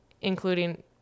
including